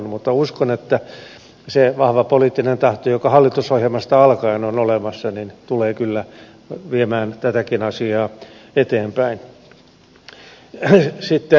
mutta uskon että se vahva poliittinen tahto joka hallitusohjelmasta alkaen on olemassa tulee kyllä viemään tätäkin asiaa eteenpäin